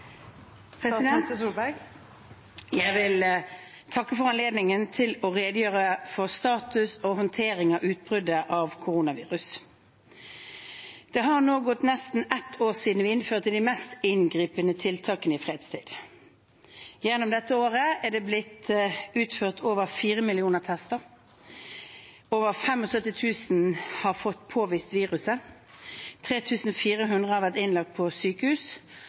utbruddet av koronaviruset. Det har nå gått nesten ett år siden vi innførte de mest inngripende tiltakene i fredstid. Gjennom dette året er det blitt utført over 4 millioner tester, over 75 000 har fått påvist viruset, 3 400 har vært innlagt på sykehus,